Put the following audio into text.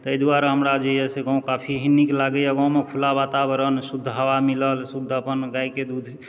तैँ दुआरे हमरा जे यऽ से गाँव काफी ही नीक लागैए गाँवमे खुला वातावरण शुद्ध हवा मिलल शुद्ध अपन गायके दूध